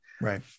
Right